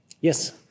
Yes